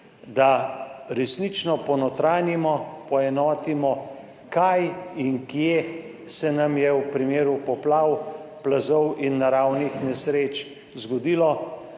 da resnično ponotranjimo, poenotimo kaj in kje se nam je v primeru poplav, plazov in naravnih nesreč zgodilo,